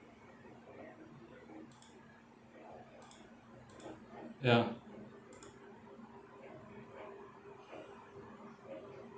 ya